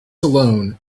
alone